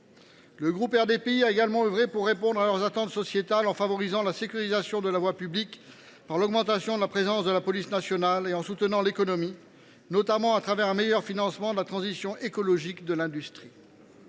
Le groupe RDPI a également œuvré pour répondre à leurs attentes sociétales en favorisant la sécurisation de la voie publique, par l’augmentation de la présence de la police nationale, et en soutenant l’économie, au travers d’un meilleur financement de la transition écologique de l’industrie.